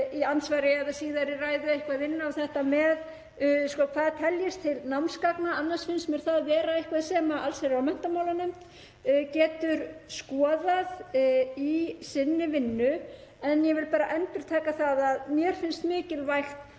í andsvari eða síðari ræðu eitthvað inn á það hvað teljist til námsgagna, annars finnst mér það vera eitthvað sem allsherjar- og menntamálanefnd getur skoðað í sinni vinnu. Ég vil bara að endurtaka að mér finnst mikilvægt